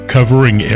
covering